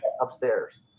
upstairs